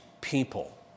people